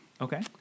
Okay